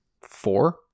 four